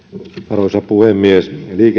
arvoisa puhemies liikenteeltä